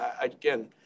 Again